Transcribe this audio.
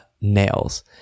nails